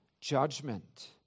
judgment